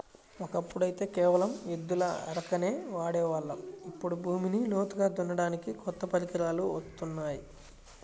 ఒకప్పుడైతే కేవలం ఎద్దుల అరకనే వాడే వాళ్ళం, ఇప్పుడు భూమిని లోతుగా దున్నడానికి కొత్త పరికరాలు వత్తున్నాయి